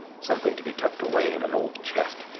something to be tucked away in an old chest,